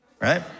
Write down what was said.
right